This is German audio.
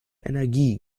energie